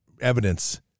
evidence